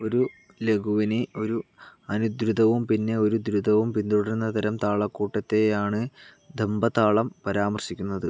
ഒരു ലഘുവിനെ ഒരു അനുദ്രുതവും പിന്നെ ഒരു ദ്രുതവും പിന്തുടരുന്ന തരം താളക്കൂട്ടത്തെയാണ് ഝംപതാളം പരാമർശിക്കുന്നത്